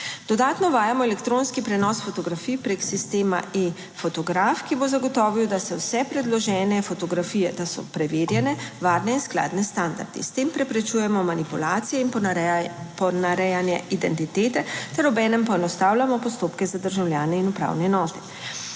Dodatno uvajamo elektronski prenos fotografij preko sistema e-fotograf, ki bo zagotovil, da se vse predložene fotografije, da so preverjene, varne in skladne s standardi. S tem preprečujemo manipulacije in ponarejanje identitete ter obenem poenostavljamo postopke za državljane in upravne enote.